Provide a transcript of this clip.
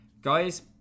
guys